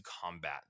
combat